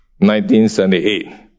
1978